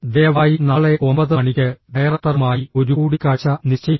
ദയവായി നാളെ 9 മണിക്ക് ഡയറക്ടറുമായി ഒരു കൂടിക്കാഴ്ച നിശ്ചയിക്കുക